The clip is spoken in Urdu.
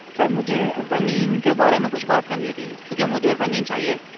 سر مجھے زمین کے بارے میں کچھ بات کرنی تھی چوںکہ مجھے زمین چاہیے